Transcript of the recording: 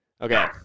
Okay